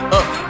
up